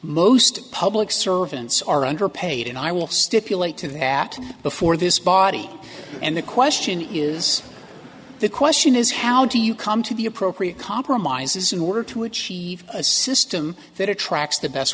most public servants are underpaid and i will stipulate to that before this body and the question is the question is how do you come to the appropriate compromises in order to achieve a system that attracts th